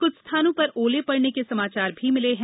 कुछ स्थानों पर ओले पडने के समाचार भी मिले हैं